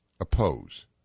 oppose